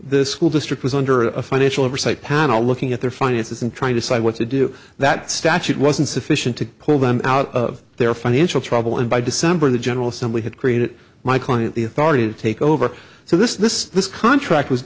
the school district was under a financial oversight panel looking at their finances and trying to see what to do that statute wasn't sufficient to pull them out of their financial trouble and by december the general assembly had created my client the authority to take over so this this this contract was